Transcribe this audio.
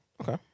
okay